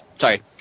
Sorry